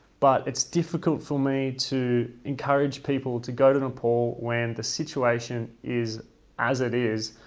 but it's difficult for me to encourage people to go to nepal when the situation is as it is,